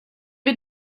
wir